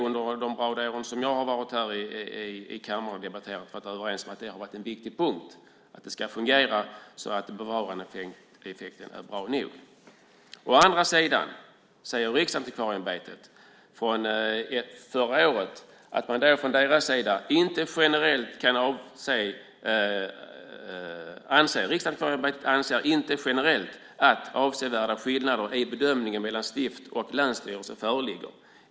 Under de ärenden jag har varit här i kammaren och debatterat har vi varit överens om att detta är en viktig punkt: att det ska fungera så att bevarandeeffekten är bra nog. Å andra sidan sade Riksantikvarieämbetet förra året att de "generellt inte att avsevärda skillnader i bedömningen mellan stift och länsstyrelser föreligger.